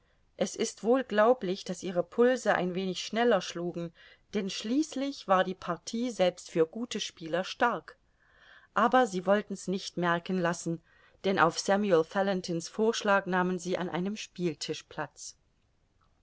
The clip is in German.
es ist wohl glaublich daß ihre pulse ein wenig schneller schlugen denn schließlich war die partie selbst für gute spieler stark aber sie wollten's nicht merken lassen denn auf samuel fallentin's vorschlag nahmen sie an einem spieltisch platz